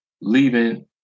leaving